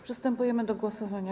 Przystępujemy do głosowania.